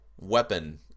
weapon